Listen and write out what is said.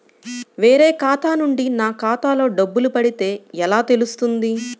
వేరే ఖాతా నుండి నా ఖాతాలో డబ్బులు పడితే ఎలా తెలుస్తుంది?